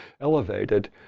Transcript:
elevated